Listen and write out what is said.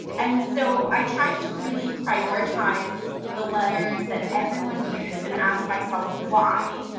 and so i tried to really prioritize the letters that everyone used and asked myself why,